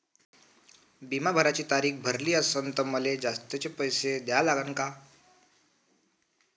बिमा भराची तारीख भरली असनं त मले जास्तचे पैसे द्या लागन का?